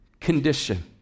condition